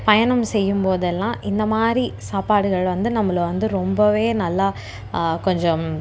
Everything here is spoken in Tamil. பயணம் செய்யும் போதெல்லாம் இந்த மாதிரி சாப்பாடுகள் வந்து நம்மளை வந்து ரொம்பவே நல்லா கொஞ்சம்